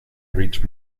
rich